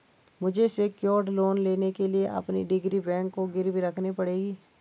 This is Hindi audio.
मुझे सेक्योर्ड लोन लेने के लिए अपनी डिग्री बैंक को गिरवी रखनी होगी